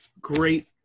great